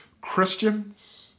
christians